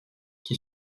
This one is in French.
qui